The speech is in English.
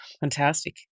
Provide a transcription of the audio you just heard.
fantastic